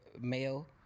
male